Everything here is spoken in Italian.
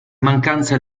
mancanza